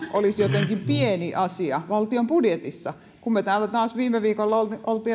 olisivat jotenkin pieni asia valtion budjetissa me täällä taas viime viikolla olimme